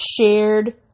shared